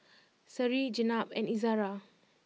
Seri Jenab and Izzara